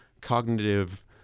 cognitive